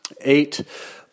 eight